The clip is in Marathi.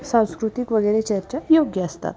सांस्कृतिक वगैरे चर्चा योग्य असतात